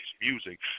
music